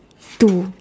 two